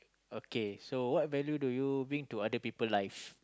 okay so what value do you bring to other people lives